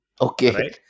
Okay